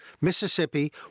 Mississippi